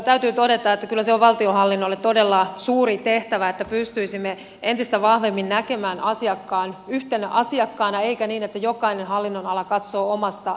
täytyy todeta että kyllä se on valtionhallinnolle todella suuri tehtävä että pystyisimme entistä vahvemmin näkemään asiakkaan yhtenä asiakkaana eikä niin että jokainen hallinnonala katsoo omasta näkökulmastaan